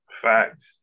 Facts